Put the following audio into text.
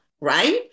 right